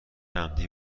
عمدی